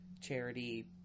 charity